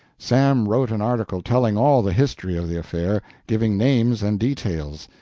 sam wrote an article telling all the history of the affair, giving names and details.